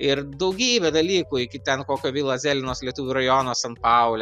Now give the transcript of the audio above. ir daugybė dalykų iki ten kokio vila zelinos lietuvių rajono san paule